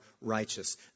righteous